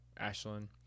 Ashlyn